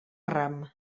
ram